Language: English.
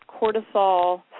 cortisol